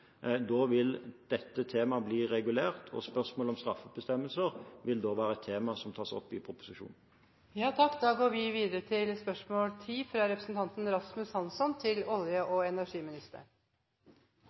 Da vil dette temaet bli regulert, og spørsmålet om straffebestemmelser vil da være et tema som tas opp i proposisjonen.